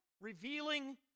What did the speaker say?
revealing